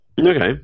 okay